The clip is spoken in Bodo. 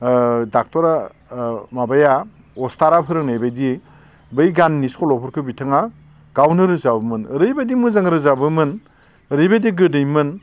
ओ ड'क्टरआ माबाया अस्थादआ फोरोंनायबायदि बै गाननि सल'फोरखो बिथाङा गावनो रोजाबोमोन ओरैबायदि मोजां रोजाबोमोन ओरैबायदि गोदैमोन